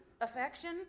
Affection